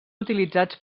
utilitzats